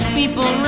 people